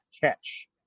catch